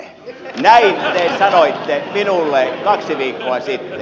näin te sanoitte minulle kaksi viikkoa sitten